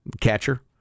Catcher